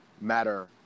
matter